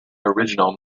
original